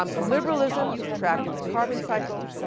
um liberalism is trapped in the carbon cycle,